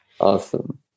Awesome